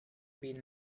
been